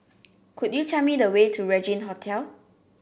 could you tell me the way to Regin Hotel